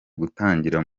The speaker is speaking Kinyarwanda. gutangira